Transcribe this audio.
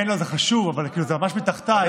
זה חשוב, אבל זה ממש מתחתיי.